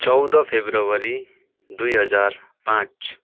चौध फेब्रुवरी दुइहजार पाँच